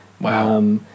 Wow